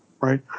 right